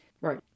Right